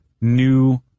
new